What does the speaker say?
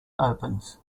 opens